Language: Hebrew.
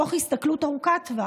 תוך הסתכלות ארוכת טווח,